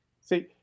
See